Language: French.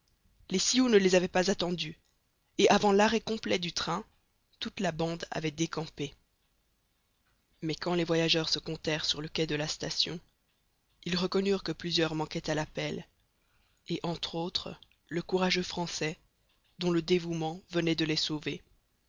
les sioux ne les avaient pas attendus et avant l'arrêt complet du train toute la bande avait décampé mais quand les voyageurs se comptèrent sur le quai de la station ils reconnurent que plusieurs manquaient à l'appel et entre autres le courageux français dont le dévouement venait de les sauver